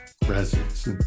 presence